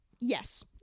Yes